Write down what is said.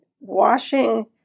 washing